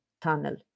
tunnel